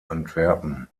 antwerpen